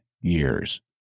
years